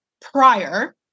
prior